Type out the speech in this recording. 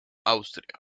austria